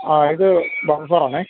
ആ ഇത് ബാബു സാറാണേ